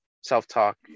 self-talk